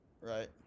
Right